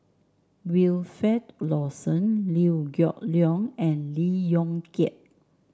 Wilfed Lawson Liew Geok Leong and Lee Yong Kiat